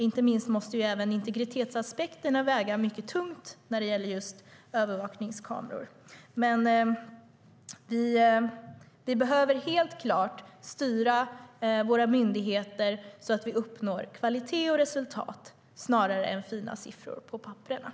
Inte minst måste även integritetsaspekterna väga mycket tungt när det gäller just övervakningskameror. Vi behöver helt klart styra våra myndigheter så att vi uppnår kvalitet och resultat snarare än fina siffror på papperet.